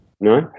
No